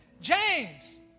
James